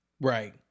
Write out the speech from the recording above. Right